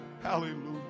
Hallelujah